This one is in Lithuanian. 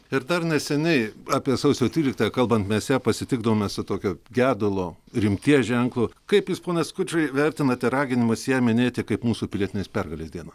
ir dar neseniai apie sausio tryliktąją kalbant mes pasitikdavome su tokio gedulo rimties ženklu kaip jūs pone skučai vertinate raginimus ją minėti kaip mūsų pilietinės pergalės dieną